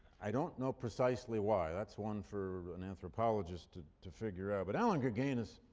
i don't know precisely why. that's one for an anthropologist to figure out. but allan gurganus,